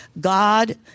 God